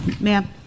Ma'am